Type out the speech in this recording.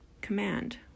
command